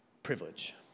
Privilege